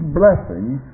blessings